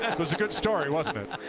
ah was a good story, wasn't it?